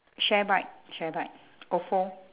share bike share bike ofo